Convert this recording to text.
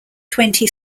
twenty